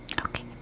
Okay